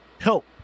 help